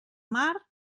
mar